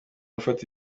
ufata